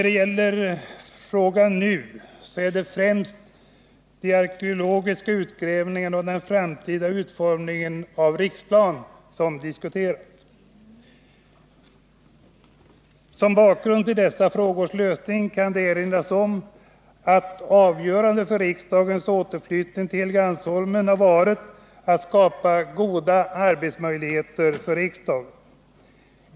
Det frågan nu gäller är främst de arkeologiska utgrävningarna och den framtida utformningen av Riksplan. Det avgörande för beslutet om riksdagens återflyttning till Helgeandsholmen har varit att skapa goda arbetsmöjligheter för riksdagen.